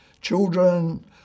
Children